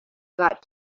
got